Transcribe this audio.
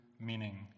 meaning